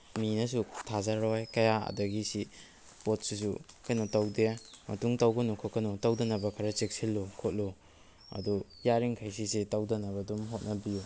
ꯃꯤꯅꯁꯨ ꯊꯥꯖꯔꯣꯏ ꯀꯌꯥ ꯑꯗꯨꯗꯒꯤ ꯑꯁꯤ ꯄꯣꯠꯁꯤꯁꯨ ꯀꯩꯅꯣ ꯇꯧꯗꯦ ꯃꯇꯨꯡ ꯇꯧꯒꯅꯨ ꯈꯣꯠꯀꯅꯨ ꯃꯇꯨꯡ ꯇꯧꯗꯅꯕ ꯈꯔ ꯆꯦꯛꯁꯤꯜꯂꯨ ꯈꯣꯠꯂꯨ ꯑꯗꯨ ꯌꯥꯔꯤꯃꯈꯩ ꯁꯤꯁꯦ ꯇꯧꯗꯅꯕ ꯑꯗꯨꯝ ꯍꯣꯠꯅꯕꯤꯌꯨ